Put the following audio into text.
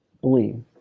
believe